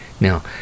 Now